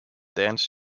dance